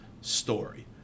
story